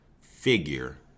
figure